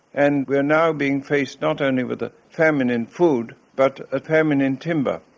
and we are now being faced not only with a famine in food but a famine in timber.